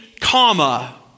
comma